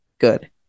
good